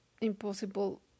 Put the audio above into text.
impossible